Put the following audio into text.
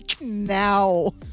Now